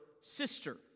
sister